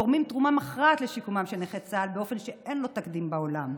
תורמים תרומה מכרעת לשיקומם של נכי צה"ל באופן שאין לו תקדים בעולם.